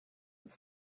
with